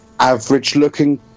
Average-looking